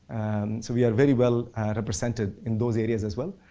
so, we are very well represented in those areas as well.